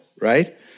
right